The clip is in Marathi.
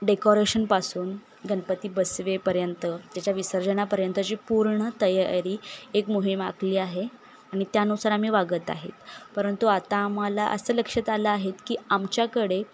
डेकोरेशनपासून गणपती बसवेपर्यंत त्याच्या विसर्जनापर्यंतची पूर्ण तयारी एक मोहीम आखली आहे आणि त्यानुसार आम्ही वागत आहेत परंतु आता आम्हाला असं लक्षात आलं आहेत की आमच्याकडे